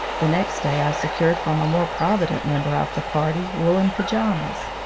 the next day i se cured from a more provident member of the party woolen pajamas.